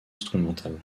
instrumental